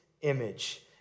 image